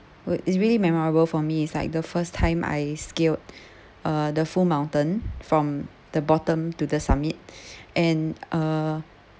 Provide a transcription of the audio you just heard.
what is really memorable for me is like the first time I scaled uh the full mountain from the bottom to the summit and uh